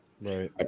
Right